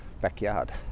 backyard